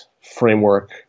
framework